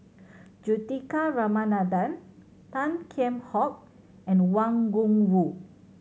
Juthika Ramanathan Tan Kheam Hock and Wang Gungwu